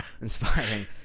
inspiring